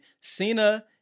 Cena